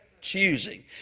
Choosing